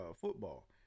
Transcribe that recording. football